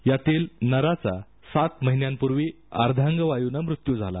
यातील नराचा सात महिन्यांपूर्वी अर्धागवायूने मृत्यू झाला